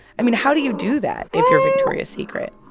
i mean, how do you do that if you're victoria's secret?